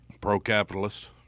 Pro-capitalist